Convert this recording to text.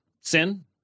Sin